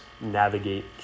navigate